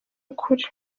ukuri